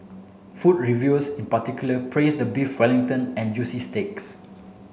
food reviewers in particular praised the Beef Wellington and juicy steaks